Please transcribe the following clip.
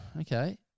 Okay